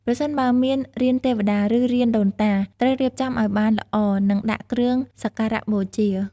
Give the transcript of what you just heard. ប្រសិនបើមានរានទេវតា ឬរានដូនតា ត្រូវរៀបចំឲ្យបានល្អ និងដាក់គ្រឿងសក្ការៈបូជា។